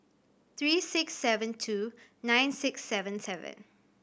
three six seven two nine six seven seven